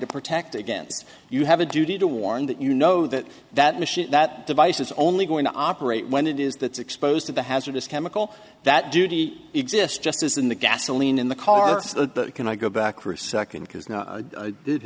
to protect against you have a duty to warn that you know that that machine that device is only going to operate when it is that's exposed to the hazardous chemical that duty exists just as in the gasoline in the car so that it can i go back for a second because now i did